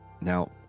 Now